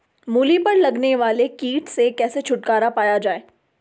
मूली पर लगने वाले कीट से कैसे छुटकारा पाया जाये?